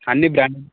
అన్నీ బ్రాండెడ్